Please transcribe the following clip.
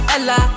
Ella